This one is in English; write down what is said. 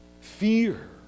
fear